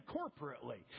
corporately